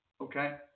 Okay